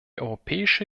europäische